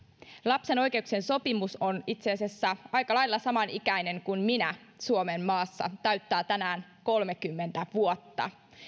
lapsen oikeuksien sopimus on itse asiassa aika lailla samanikäinen kuin minä suomen maassa täyttää tänään kolmekymmentä vuotta